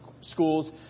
Schools